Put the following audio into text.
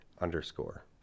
underscore